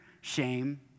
shame